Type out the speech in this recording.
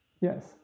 Yes